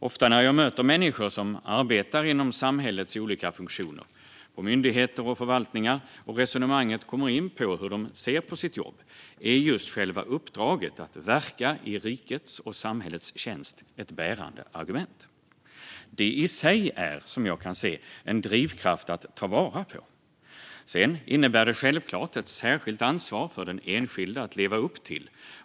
Ofta när jag möter människor som arbetar inom samhällets olika funktioner, på myndigheter och förvaltningar, och resonemanget kommer in på hur de ser på sitt jobb är just själva uppdraget, att verka i rikets och samhällets tjänst, bärande. Det i sig är, som jag kan se det, en drivkraft att ta vara på. Sedan innebär det självklart ett särskilt ansvar för den enskilde att leva upp till.